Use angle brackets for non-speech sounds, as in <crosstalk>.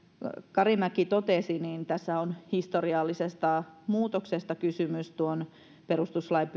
karimäki totesi tässä on historiallisesta muutoksesta kysymys tuon perustuslain <unintelligible>